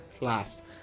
last